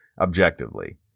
objectively